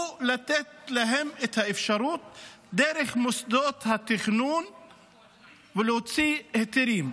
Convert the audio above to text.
צריך לתת את האפשרות דרך מוסדות התכנון ולהוציא היתרים.